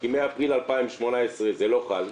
כי מאפריל 2018 זה לא חל,